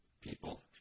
people